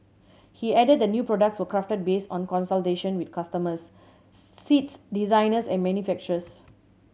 he added the new products were crafted based on consultation with customers seat designers and manufacturers